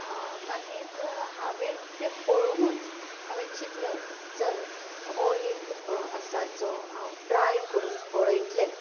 मागीर हांवें ते पळोनूच हांवें चितलें चल हो एक आसा जो हांव ट्राय करून पळयतलें